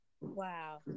Wow